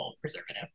preservative